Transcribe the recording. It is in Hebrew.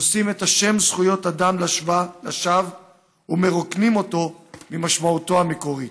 נושאים את השם "זכויות אדם" לשווא ומרוקנים אותו ממשמעותו המקורית.